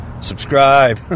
subscribe